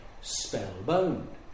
spellbound